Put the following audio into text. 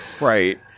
Right